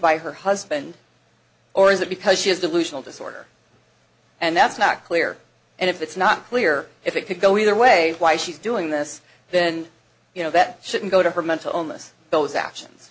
by her husband or is it because she has delusional disorder and that's not clear and if it's not clear if it could go either way why she's doing this then you know that shouldn't go to her mental illness those actions